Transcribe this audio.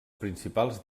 principals